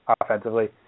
offensively